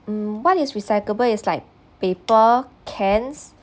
um what is recyclable is like paper cans